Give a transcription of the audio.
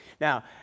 Now